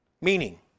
Meaning